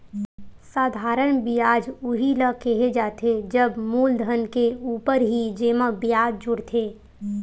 साधारन बियाज उही ल केहे जाथे जब मूलधन के ऊपर ही जेमा बियाज जुड़थे